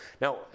Now